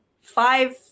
five